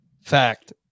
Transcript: fact